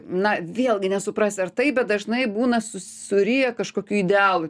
na vėlgi nesuprasi ar taip bet dažnai būna su suryja kažkoki idealai